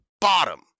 bottom